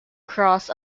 cross